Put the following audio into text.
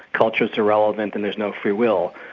culture's irrelevant and there's no free will.